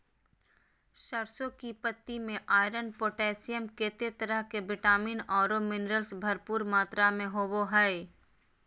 सरसों की पत्ति में आयरन, पोटेशियम, केते तरह के विटामिन औरो मिनरल्स भरपूर मात्रा में होबो हइ